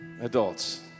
Adults